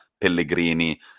Pellegrini